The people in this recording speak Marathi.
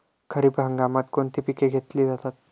खरीप हंगामात कोणती पिके घेतली जातात?